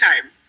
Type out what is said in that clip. time